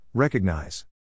Recognize